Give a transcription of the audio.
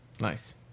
Nice